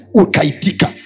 ukaitika